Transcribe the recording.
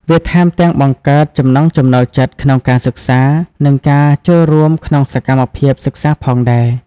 វាថែមទាំងបង្កើតចំណង់ចំណូលចិត្តក្នុងការសិក្សា និងការចូលរួមក្នុងសកម្មភាពសិក្សាផងដែរ។